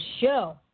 Show